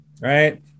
right